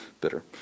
bitter